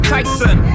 Tyson